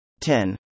10